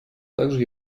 также